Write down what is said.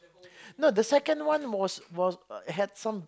no the second one was was had some